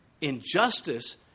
injustice